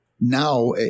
Now